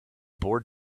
bored